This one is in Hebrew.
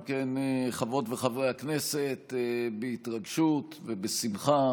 אם כן, חברות וחברי הכנסת, בהתרגשות ובשמחה